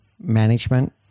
management